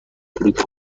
چروک